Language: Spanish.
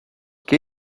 qué